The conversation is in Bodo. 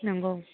नंगौ